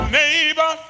neighbor